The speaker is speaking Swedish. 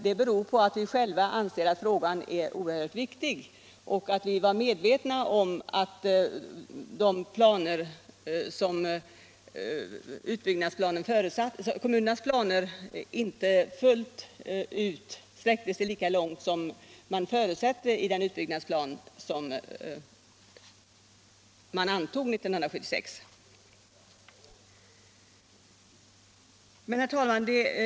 Det beror på att vi själva anser att frågan är oerhört viktig, och vi var medvetna om att kommunernas planer inte fullt ut sträckte sig lika långt som man förutsätter i den utbyggnadsplan vi antog 1976. Herr talman!